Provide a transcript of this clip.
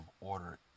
order